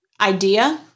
idea